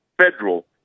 federal